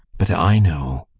but i know.